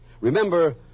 Remember